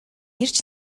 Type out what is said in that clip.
ирж